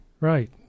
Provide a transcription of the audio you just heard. right